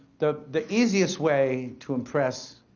the the easiest way to impress